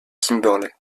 kimberley